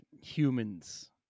humans